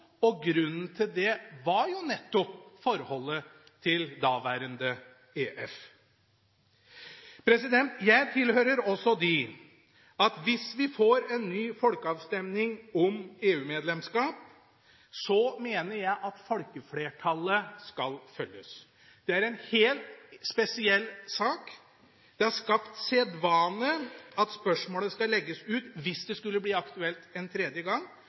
og grunnen til det var nettopp forholdet til daværende EF. Jeg tilhører også dem som mener at folkeflertallet skal følges, hvis vi får en ny folkeavstemning om EU-medlemskap. Det er en helt spesiell sak, det har skapt sedvane at spørsmålet skal legges ut hvis det skulle bli aktuelt en tredje gang.